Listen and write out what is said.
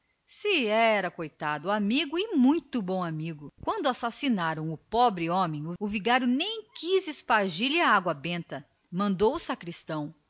se era coitado amigo e muito bom amigo quando assassinaram o pobre homem o senhor vigário nem quis espargir lhe a água benta mandou o sacristão